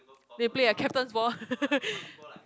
then you play a captains ball